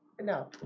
no